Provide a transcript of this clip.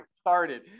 started